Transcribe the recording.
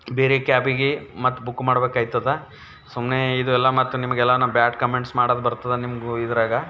ಬೇರೆ ಕ್ಯಾಬಿಗೆ ಮತ್ತೆ ಬುಕ್ ಮಾಡ್ಬೇಕಾಯ್ತದ ಸುಮ್ಮನೆ ಇದು ಎಲ್ಲ ಮತ್ತು ನಿಮ್ಗೆಲ್ಲ ನಾನು ಬ್ಯಾಡ್ ಕಮೆಂಟ್ಸ್ ಮಾಡೋದು ಬರ್ತದ ನಿಮಗೂ ಇದ್ರಾಗ